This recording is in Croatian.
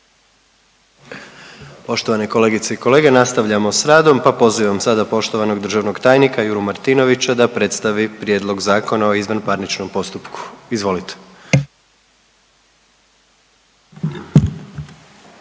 Poštovani kolegice i kolege, nastavljamo s radom pa pozivam sada poštovanog državnog tajnika Juru Martinovića da predstavi Prijedlog Zakona o izvanparničnom postupku.